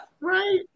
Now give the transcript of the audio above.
right